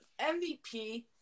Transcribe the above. MVP